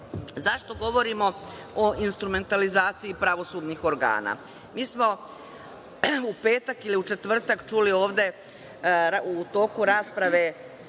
govorimo o instrumentalizaciji pravosudnih organa? Mi smo u petak ili u četvrtak čuli ovde u toku rasprave